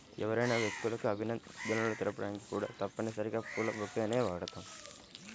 ఎవరైనా వ్యక్తులకు అభినందనలు తెలపడానికి కూడా తప్పనిసరిగా పూల బొకేని వాడుతాం